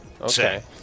Okay